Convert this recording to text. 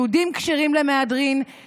יהודים כשרים למהדרין,